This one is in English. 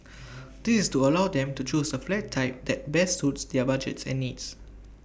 this is to allow them to choose the flat type that best suits their budgets and needs